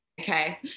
okay